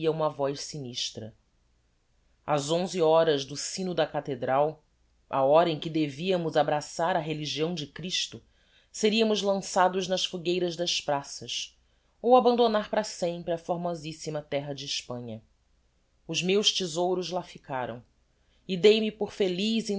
uma voz sinistra ás onze horas do sino da cathedral a hora em que deviamos abraçar a religião de christo seriamos lançados nas fogueiras das praças ou abandonar para sempre a formosissima terra de hespanha os meus thesouros lá ficaram e dei-me por feliz